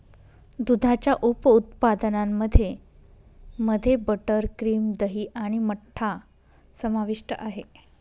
दुधाच्या उप उत्पादनांमध्ये मध्ये बटर, क्रीम, दही आणि मठ्ठा समाविष्ट आहे